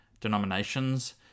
denominations